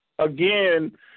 Again